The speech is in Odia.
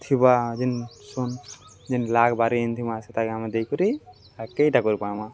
ଥିବା ଯେନ୍ ଶନ୍ ଯେନ୍ ଲାଗ୍ ବାରି ଆନିଥିମା ସେତାକେ ଆମେ ଦେଇକରି ଆଗ୍କେ ଇଟା କରିପାର୍ମା